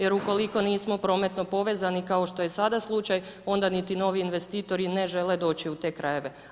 Jer ukoliko nismo prometno povezani, kao što je i sada slučaj, onda niti novi investitori ne žele doći u te krajeve.